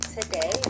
today